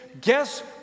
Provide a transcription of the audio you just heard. guess